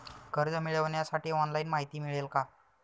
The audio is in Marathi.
कर्ज मिळविण्यासाठी ऑनलाइन माहिती मिळेल का?